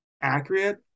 accurate